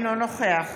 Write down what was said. אינו נוכח